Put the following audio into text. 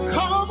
Come